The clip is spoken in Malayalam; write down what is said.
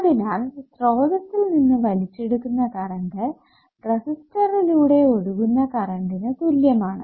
അതിനാൽ സ്രോതസ്സിൽ നിന്ന് വലിച്ചെടുത്ത കറണ്ട് റെസിസ്റ്ററിലൂടെ ഒഴുകുന്ന കറണ്ടിന് തുല്യമാണ്